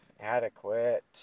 adequate